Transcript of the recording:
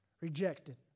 rejected